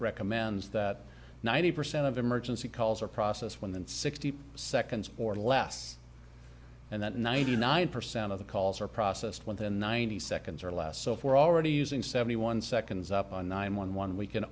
recommends that ninety percent of emergency calls are process one than sixty seconds or less and that ninety nine percent of the calls are processed within ninety seconds or less so if we're already using seventy one seconds up on nine one one we can